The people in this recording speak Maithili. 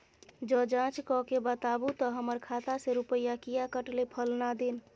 ज जॉंच कअ के बताबू त हमर खाता से रुपिया किये कटले फलना दिन?